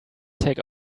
take